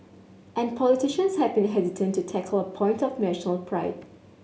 and politicians have been hesitant to tackle a point of national pride